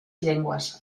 llengües